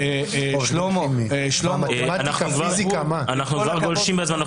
שלמה, אנחנו כבר גולשים בזמן.